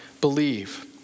believe